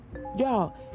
y'all